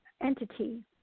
entity